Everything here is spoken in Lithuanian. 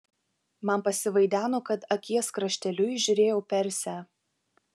man pasivaideno kad akies krašteliu įžiūrėjau persę